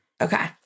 Okay